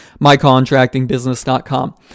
mycontractingbusiness.com